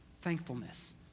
thankfulness